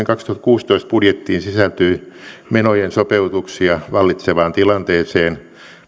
kaksituhattakuusitoista budjettiin sisältyy menojen sopeutuksia vallitsevaan tilanteeseen